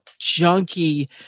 junky